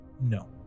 No